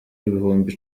ibihumbi